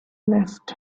left